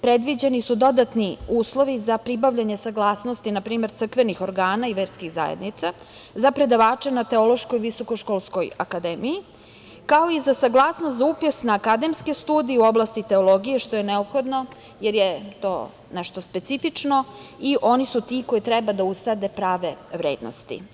Predviđeni su dodatni uslovi za pribavljanje saglasnosti npr. crkvenih organa i verskih zajednica za predavače na Teološkoj visokoškolskoj akademiji, kao i za saglasnost za upis na akademske studije u oblasti teologije, što je neophodno jer je to nešto specifično i oni su ti koji treba da usade prave vrednosti.